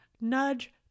Nudge